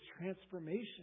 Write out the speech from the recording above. transformation